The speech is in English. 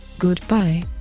Goodbye